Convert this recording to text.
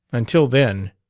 until then.